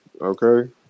Okay